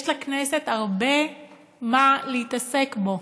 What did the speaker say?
יש לכנסת הרבה מה להתעסק בו,